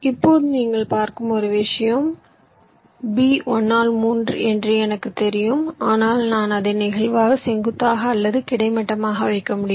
இப்போது நீங்கள் பார்க்கும் ஒரு விஷயம் B 1 ஆல் 3 என்று எனக்குத் தெரியும் ஆனால் நான் அதை நெகிழ்வாக செங்குத்தாக அல்லது கிடைமட்டமாக வைக்க முடியும்